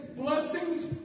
Blessings